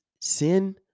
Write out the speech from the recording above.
sin